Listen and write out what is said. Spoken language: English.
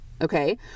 okay